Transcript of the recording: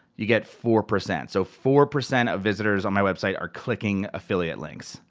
you get four percent, so four percent of visitors on my website are clicking affiliate links.